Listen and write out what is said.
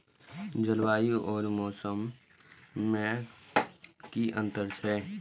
जलवायु और मौसम में कि अंतर छै?